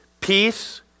Peace